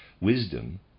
Wisdom